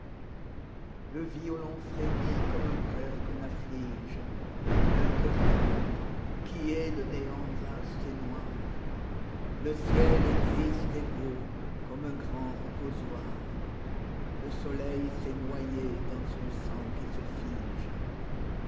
le violon frémit comme un cœur qu'on afflige un cœur tendre qui hait le néant vaste et noir le ciel est triste et beau comme un grand reposoir le soleil s'est noyé dans son sang qui se fige